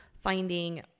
finding